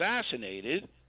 assassinated